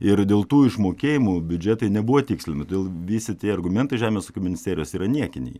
ir dėl tų išmokėjimų biudžetai nebuvo tikslinami todėl visi tie argumentai žemės ūkio ministerijos yra niekiniai